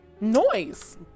noise